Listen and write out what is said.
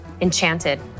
enchanted